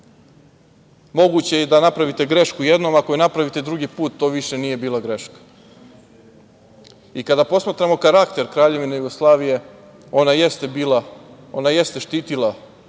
je i da napravite grešku jednom, ako je napravite drugi put to više nije bila greška. I kada posmatramo karakter Kraljevine Jugoslavije, ona jeste bila,